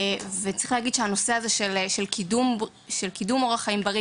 צריך להגיד שהנושא הזה של קידום אורח חיים בריא,